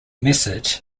message